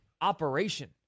operation